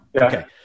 Okay